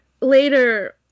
later